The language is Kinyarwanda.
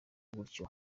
gutyo